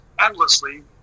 endlessly